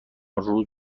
روز